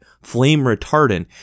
flame-retardant